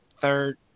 third